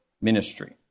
ministry